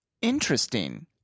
interesting